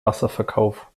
wasserverkauf